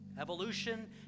Evolution